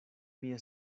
mia